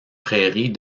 prairies